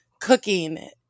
cooking